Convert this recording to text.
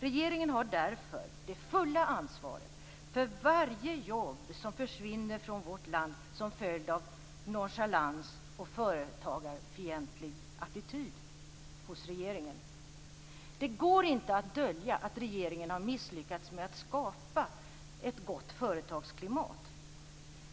Regeringen har därför det fulla ansvaret för varje jobb som försvinner från vårt land som följd av nonchalans och företagarfientlig attityd hos regeringen. Det går inte att dölja att regeringen har misslyckats med att skapa ett gott företagsklimat.